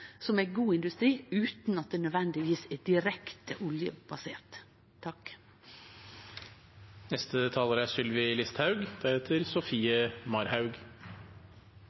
som er god industri, utan at det nødvendigvis er direkte oljebasert.